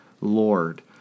Lord